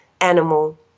animal